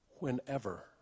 Whenever